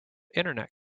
internet